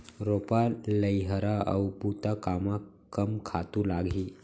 रोपा, लइहरा अऊ बुता कामा कम खातू लागही?